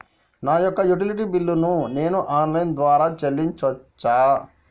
నా యొక్క utility bill ను నేను ఆన్ లైన్ ద్వారా చెల్లించొచ్చా?